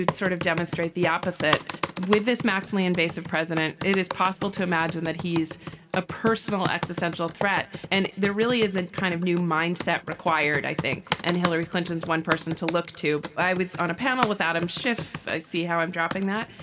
sort of demonstrate the opposite with this maximally invasive president. it is possible to imagine that he's a personal existential threat. and there really is a kind of new mindset required, i think. and hillary clinton's one person to look to. i was on a panel with adam schiff. i see how i'm dropping that.